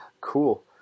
cool